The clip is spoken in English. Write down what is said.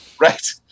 right